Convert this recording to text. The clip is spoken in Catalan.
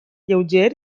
lleuger